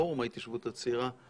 פורום ההתיישבות הצעירה.